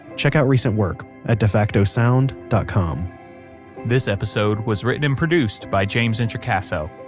checkout recent work at defacto sound dot com this episode was written and produced by james introcaso,